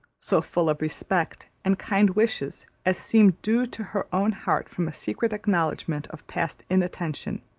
so full of respect and kind wishes as seemed due to her own heart from a secret acknowledgment of past inattention,